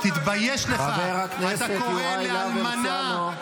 --- תומכת הטרור --- חבר הכנסת יוראי להב הרצנו.